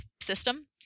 system